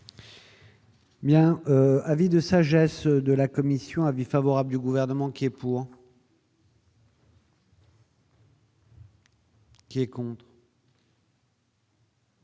Bien avis de sagesse de la commission avis favorable du gouvernement qui est pour. Qui s'abstient,